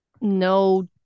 no